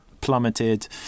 plummeted